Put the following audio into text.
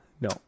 No